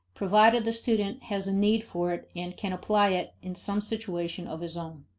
provided the student has a need for it and can apply it in some situation of his own.